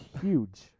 huge